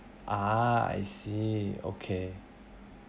ah I see okay